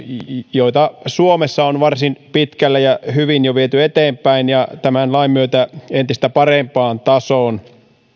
joita suomessa on varsin pitkälle ja hyvin jo viety eteenpäin ja tämän lain myötä entistä parempaan tasoon on varsin hyvä että